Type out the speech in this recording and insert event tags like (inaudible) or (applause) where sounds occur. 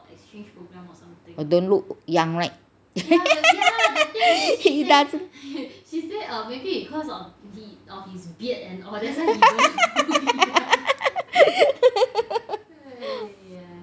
but don't look young right (laughs) he doesn't (laughs)